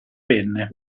penne